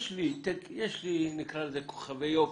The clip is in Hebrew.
יש לי כוכבי יופי,